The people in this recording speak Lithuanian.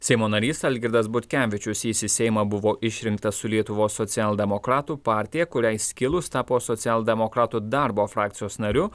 seimo narys algirdas butkevičius jis į seimą buvo išrinktas su lietuvos socialdemokratų partija kuriai skilus tapo socialdemokratų darbo frakcijos nariu